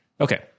Okay